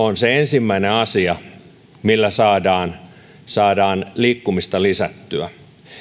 on se ensimmäinen asia millä saadaan saadaan liikkumista lisättyä